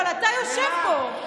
אבל אתה יושב פה.